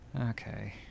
Okay